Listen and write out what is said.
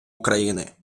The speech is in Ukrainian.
україни